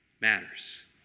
matters